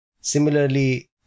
similarly